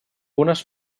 unes